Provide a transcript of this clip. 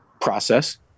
process